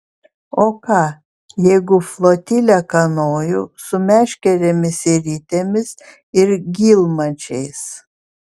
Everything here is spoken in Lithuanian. o ką jeigu flotilę kanojų su meškerėmis ir ritėmis ir gylmačiais